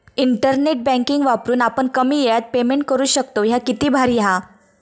internet banking वापरून आपण कमी येळात पेमेंट करू शकतव, ह्या किती भारी हां